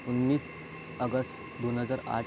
उन्नीस अगस दोन हजार आठ